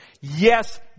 Yes